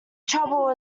trouble